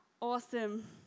Awesome